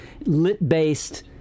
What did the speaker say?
lit-based